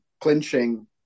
clinching